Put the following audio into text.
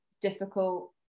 difficult